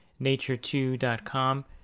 nature2.com